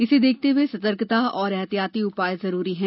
इसे देखते हुए सतर्कता और एहतियाती उपाय जरूरी हैं